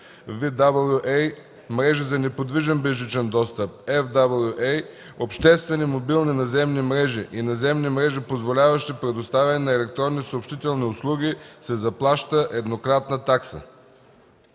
(BWA), мрежи за неподвижен безжичен достъп (FWA), обществени мобилни наземни мрежи и наземни мрежи, позволяващи предоставяне на електронни съобщителни услуги, се заплаща еднократна такса.”